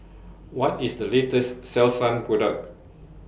What IS The latest Selsun Product